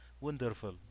wonderful